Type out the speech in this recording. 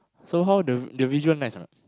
so how the the visual nice or not